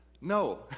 No